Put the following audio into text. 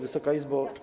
Wysoka Izbo!